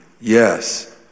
yes